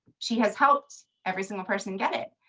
she has helped every single person get it.